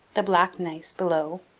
the black gneiss below,